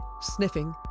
sniffing